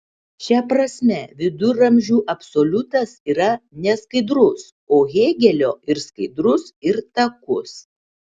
šia prasme viduramžių absoliutas yra neskaidrus o hėgelio ir skaidrus ir takus